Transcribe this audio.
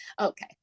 Okay